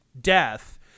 death